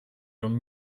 რომ